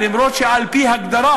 אף שעל-פי ההגדרה